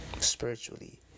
Spiritually